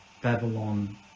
Babylon